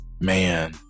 man